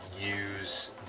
use